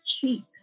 cheap